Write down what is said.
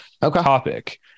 topic